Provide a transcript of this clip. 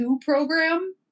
program